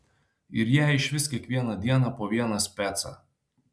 ir jai išvis kiekvieną dieną po vieną specą